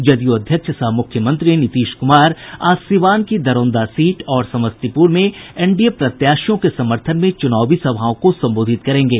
जदयू अध्यक्ष सह मुख्यमंत्री नीतीश कुमार आज सिवान की दरौंदा सीट और समस्तीपुर में एनडीए प्रत्याशियों के समर्थन में चुनावी सभाओं को संबोधित करेंगे